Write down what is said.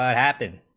ah happen